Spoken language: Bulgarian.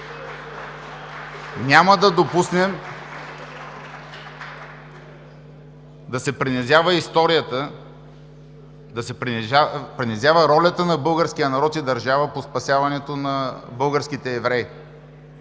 Няма да допуснем да се принизява историята, да се принизява ролята на българския народ и държава по спасяването на българските евреи.